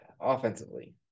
offensively